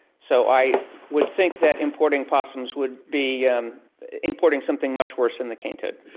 so i would think that importing possums would be um importing something much worse than the cane toad.